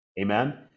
Amen